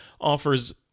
offers